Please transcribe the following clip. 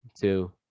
two